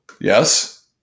Yes